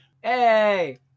Hey